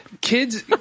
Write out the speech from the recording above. kids